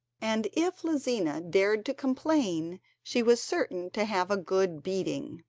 and if lizina dared to complain she was certain to have a good beating.